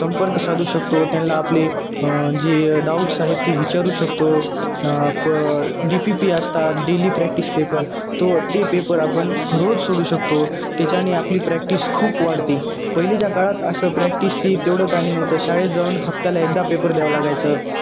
संपर्क साधू शकतो त्यांना आपले जे डाऊट्स आहेत ते विचारू शकतो प डी पी पी असतात डेली प्रॅक्टिस पेपर तो ते पेपर आपण रोज सोडू शकतो त्याच्याने आपली प्रॅक्टिस खूप वाढते पहिलेच्या काळात असं प्रॅक्टिस ती तेवढं काही नव्हतं शाळेत जाऊन हफ्त्याला एकदा पेपर द्यावं लागायचं